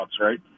right